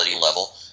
level